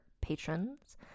patrons